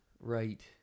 Right